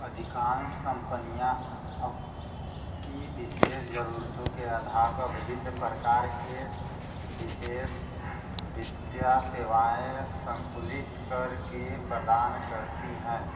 अधिकांश कंपनियाँ आपकी विशेष जरूरतों के आधार पर विभिन्न प्रकार के विशेष विद्या सेवाएँ संकुलित कर के प्रदान करती हैं